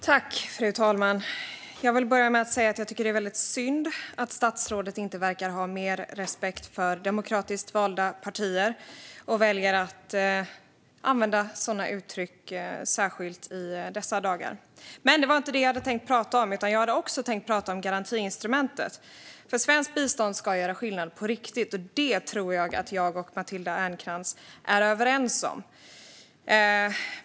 Fru talman! Jag vill börja med att säga att jag tycker att det är väldigt synd att statsrådet inte verkar ha mer respekt för demokratiskt valda partier och väljer att använda sådana uttryck, särskilt i dessa dagar. Men det var inte det jag hade tänkt prata om, utan jag hade tänkt prata om garantiinstrumentet. Svenskt bistånd ska göra skillnad på riktigt, och det tror jag att Matilda Ernkrans och jag är överens om.